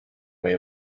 way